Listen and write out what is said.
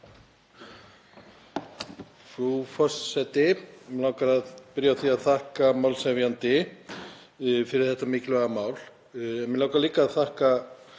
Frú forseti. Mig langar að byrja á því að þakka málshefjanda fyrir þetta mikilvæga mál. Mig langar líka að þakka